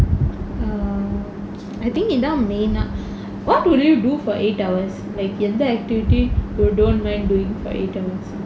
err I think இதான்:ithaan main ah what would you do for eight hours like எந்த:entha activity you don't mind doing for eight hours